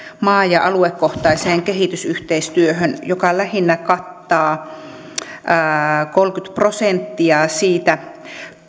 maa ja aluekohtaiseen kehitysyhteistyöhön joka lähinnä kattaa kolmekymmentä prosenttia siitä